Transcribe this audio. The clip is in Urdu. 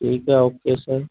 ٹھیک ہے اوکے سر